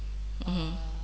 mmhmm